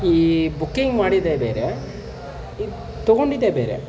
ಈ ಬುಕಿಂಗ್ ಮಾಡಿದ್ದೇ ಬೇರೆ ಇದು ತಗೊಂಡಿದ್ದೇ ಬೇರೆ